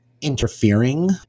interfering